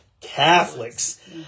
Catholics